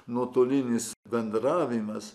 nuotolinis bendravimas